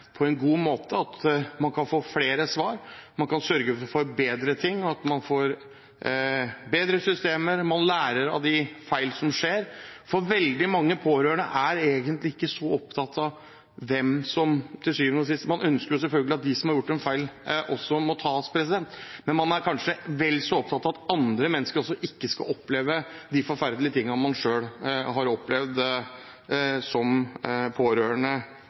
på en god måte kan bidra til at man kan få flere svar, at man får bedre systemer, at man lærer av de feil som skjer. For veldig mange pårørende er egentlig ikke så opptatt av hvem som til syvende og sist har ansvaret – man ønsker selvfølgelig at de som har gjort en feil, også må tas – man er kanskje vel så opptatt av at andre mennesker ikke skal måtte oppleve de forferdelige tingene man selv har opplevd som pårørende